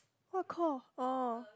what core orh